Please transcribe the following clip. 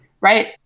right